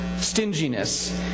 stinginess